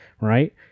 right